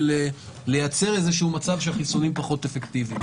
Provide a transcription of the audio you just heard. לייצר מצב שהחיסונים פחות אפקטיביים,